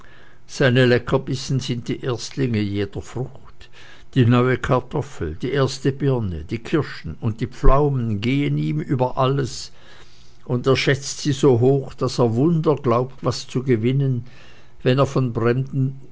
seine leckerbissen sind die erstlinge jeder frucht die neue kartoffel die erste birne die kirschen und die pflaumen gehen ihm über alles und er schätzt sie so hoch daß er wunder glaubt was zu gewinnen wenn er von